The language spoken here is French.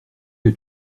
que